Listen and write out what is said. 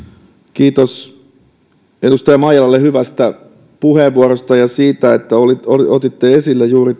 kiitos edustaja maijalalle hyvästä puheenvuorosta ja siitä että otitte esille juuri